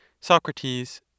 Socrates